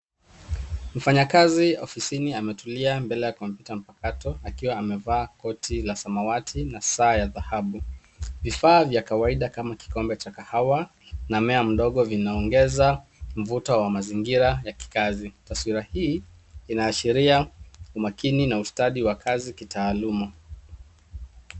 Mfanyakazi ofisini ametulia mbele ya kompyuta mpakato akiwa amevaa koti ya samawati na saa ya dhahabu. Vifaa vya kawaida kama kikombe cha kahawa na mmea mdogo vinaongeza mvuto wa mazingira ya kikazi. Taswira hii inaashiria umakinu na ustadi wa kazi kitaaluma.